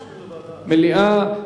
מליאה.